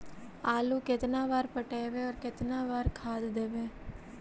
आलू केतना बार पटइबै और केतना बार खाद देबै?